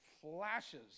flashes